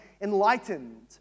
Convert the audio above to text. enlightened